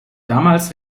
damals